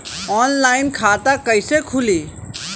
Online खाता कइसे खुली?